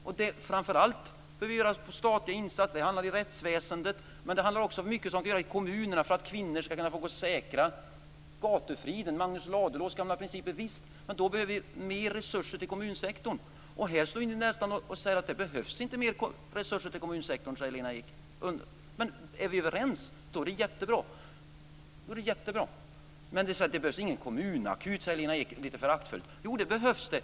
Det gäller framför allt statliga insatser, t.ex. i rättsväsendet, men det handlar också om mycket som kan göras i kommunerna för att kvinnor ska kunna gå säkra - gatufriden, Magnus Ladulås gamla princip. Visst, men då behöver vi mer resurser till kommunsektorn. Här står Lena Ek och säger att det inte behövs mer resurser till kommunsektorn, men är vi överens är det jättebra. Det behövs ingen kommunakut, säger Lena Ek lite föraktfullt. Jo, det behövs det!